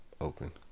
Oakland